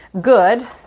good